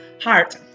Heart